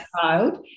child